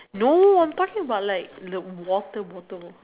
no I'm talking about like the water bottle